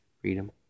freedom